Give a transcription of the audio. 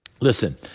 Listen